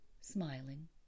smiling